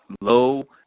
low